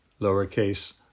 lowercase